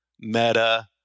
Meta